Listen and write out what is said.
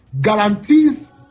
guarantees